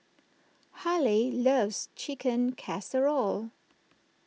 Haleigh loves Chicken Casserole